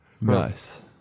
Nice